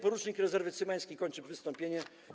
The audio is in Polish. Porucznik rezerwy Cymański kończy wystąpienie.